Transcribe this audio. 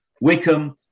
Wickham